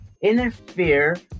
interfere